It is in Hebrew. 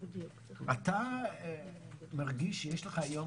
האם אתה מרגיש שיש לך היום